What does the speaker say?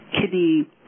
kidney